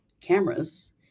cameras